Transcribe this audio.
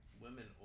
Women